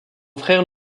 frère